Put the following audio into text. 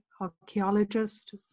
archaeologist